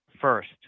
First